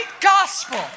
gospel